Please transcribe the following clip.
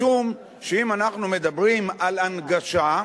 משום שאם אנחנו מדברים על הנגשה,